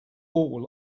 all